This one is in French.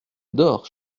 dors